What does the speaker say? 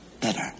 better